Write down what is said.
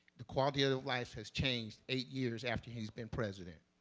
the quality of life has changed eight years after he's been president.